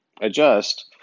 adjust